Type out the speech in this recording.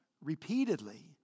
repeatedly